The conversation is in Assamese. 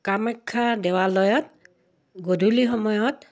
কামাখ্যা দেৱালয়ত গধূলি সময়ত